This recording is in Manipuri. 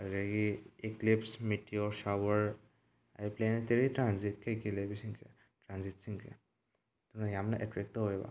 ꯑꯗꯨꯗꯒꯤ ꯏꯀ꯭ꯂꯤꯞꯁ ꯃꯦꯇꯤꯌꯣꯔ ꯁꯥꯎꯋꯔ ꯑꯗꯩ ꯄ꯭ꯂꯦꯅꯦꯠꯇꯔꯤ ꯇ꯭ꯔꯥꯟꯖꯤꯠ ꯀꯩꯀꯩ ꯂꯩꯕꯁꯤꯡꯁꯦ ꯇ꯭ꯔꯥꯟꯖꯤꯠꯁꯤꯡꯁꯦ ꯑꯗꯨꯅ ꯌꯥꯝꯅ ꯑꯦꯠꯇ꯭ꯔꯦꯛ ꯇꯧꯑꯦꯕ